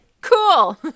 cool